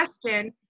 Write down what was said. question